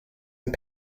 and